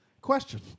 Question